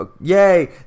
Yay